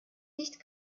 nicht